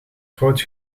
groot